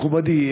מכובדי,